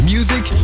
Music